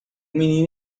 menino